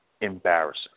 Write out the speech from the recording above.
embarrassing